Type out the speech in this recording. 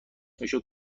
میشد